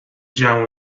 جمع